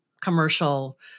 commercial